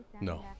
No